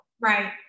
Right